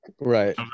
right